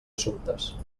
assumptes